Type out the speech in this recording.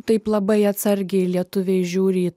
taip labai atsargiai lietuviai žiūri į